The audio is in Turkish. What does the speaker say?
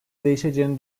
değişeceğini